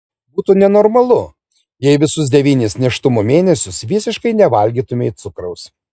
būtų nenormalu jei visus devynis nėštumo mėnesius visiškai nevalgytumei cukraus